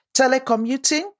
telecommuting